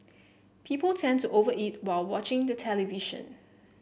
people tend to over eat while watching the television